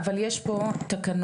אבל יש פה תקנות,